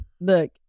Look